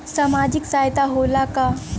सामाजिक सहायता होला का?